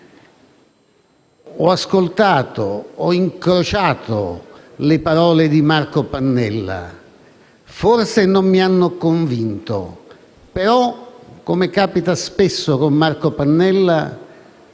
ho ascoltato, ho incrociato le parole di Marco Pannella. Forse non mi hanno convinto, ma come capita spesso con lui,